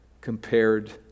compared